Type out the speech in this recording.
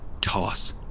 Toss